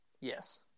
Yes